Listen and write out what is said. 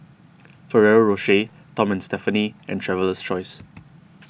Ferrero Rocher Tom and Stephanie and Traveler's Choice